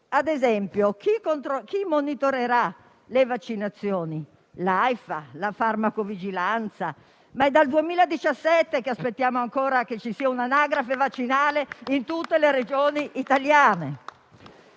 Ad esempio, chi monitorerà le vaccinazioni? L'Aifa, la farmacovigilanza? È dal 2017 che aspettiamo che ci sia un'anagrafe vaccinale in tutte le Regioni italiane.